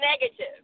negative